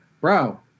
bro